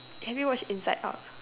have you watch inside out